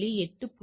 8